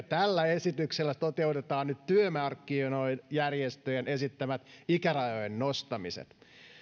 tällä esityksellä toteutetaan nyt työmarkkinajärjestöjen esittämät ikärajojen nostamiset